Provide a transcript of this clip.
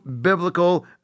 biblical